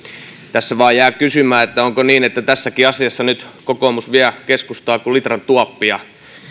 tässä vain jää kysymään onko niin että tässäkin asiassa nyt kokoomus vie keskustaa kuin litran tuoppia